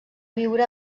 viure